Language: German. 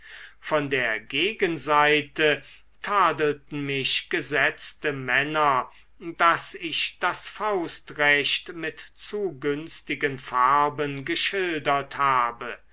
von der gegenseite tadelten mich gesetzte männer daß ich das faustrecht mit zu günstigen farben geschildert habe